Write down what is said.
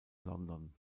london